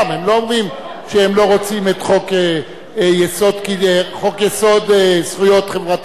הם לא אומרים שהם לא רוצים את חוק-יסוד: זכויות חברתיות.